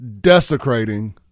desecrating